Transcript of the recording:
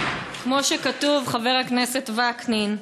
כמו שכתוב, חבר הכנסת וקנין: